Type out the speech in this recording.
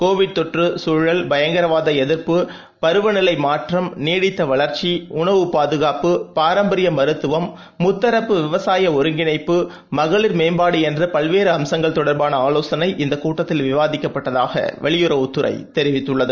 Covid தொற்று சூழல் பயங்கரவாத எதிர்ப்பு பருவநிலை மாற்றம் நீடித்த வளர்ச்சி உணவு பாதுகாப்பு பாரம்பரிய மருத்துவம் முத்தரப்பு விவசாய ஒருங்கிணைப்பு மகளிர் மேம்பாடு என்று பல்வேறு அம்சங்கள் தொடர்பான ஆலோசனை இந்த கூட்டத்தில் விவாதிக்கப்பட்டதாக வெளியுறவுத் துறை தெரிவித்துள்ளது